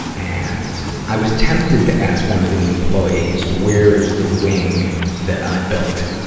and, i was tempted to ask one of the employees where's the wing that i built.